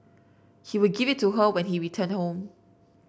he would give it to her when he returned home